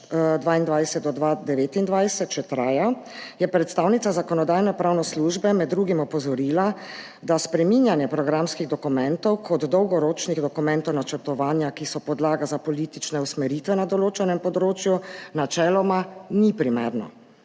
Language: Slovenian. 2022–2029 še traja, je predstavnica Zakonodajno-pravne službe med drugim opozorila, da spreminjanje programskih dokumentov kot dolgoročnih dokumentov načrtovanja, ki so podlaga za politične usmeritve na določenem področju, načeloma ni primerno,